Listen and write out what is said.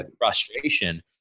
frustration